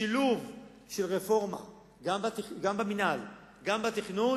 שילוב של רפורמה גם במינהל וגם בתכנון,